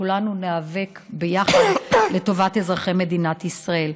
שכולנו ניאבק עליהם ביחד לטובת אזרחי מדינת ישראל.